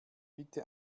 bitte